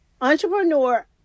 entrepreneur